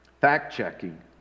Fact-checking